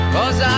Cause